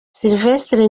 sylivestre